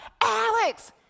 Alex